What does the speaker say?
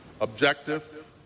objective